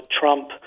Trump